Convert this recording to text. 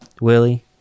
willie